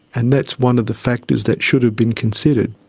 and that's one of the factors that should have been considered.